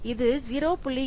இது 0